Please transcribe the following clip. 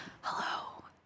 hello